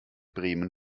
bremen